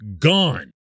gone